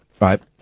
right